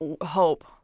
hope